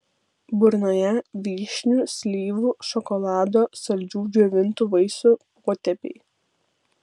burnoje vyšnių slyvų šokolado saldžių džiovintų vaisių potėpiai